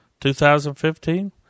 2015